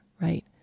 right